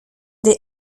des